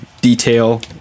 detail